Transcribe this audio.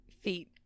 feet